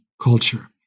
culture